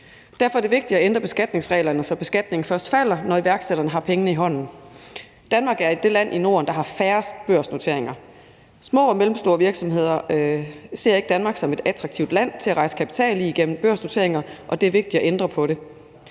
Derfor er det vigtigt at ændre beskatningsreglerne, så beskatningen først falder, når iværksætteren har pengene i hånden. Danmark er det land i Norden, der har færrest børsnoteringer. Små og mellemstore virksomheder ser ikke Danmark som et attraktivt land at rejse kapital i gennem børsnoteringer, og det er vigtigt at ændre på det.